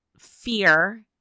fear